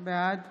בעד